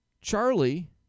Charlie